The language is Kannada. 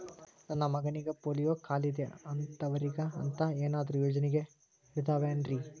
ನನ್ನ ಮಗನಿಗ ಪೋಲಿಯೋ ಕಾಲಿದೆ ಅಂತವರಿಗ ಅಂತ ಏನಾದರೂ ಯೋಜನೆಗಳಿದಾವೇನ್ರಿ?